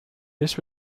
this